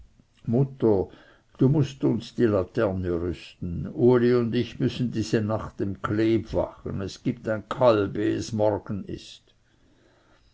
mutter du mußt uns die laterne rüsten uli und ich müssen diese nacht dem kleb wachen es gibt ein kalb ehe es morgen ist